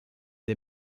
des